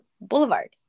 Boulevard